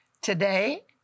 today